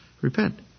Repent